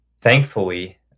thankfully